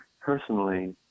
Personally